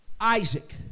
Isaac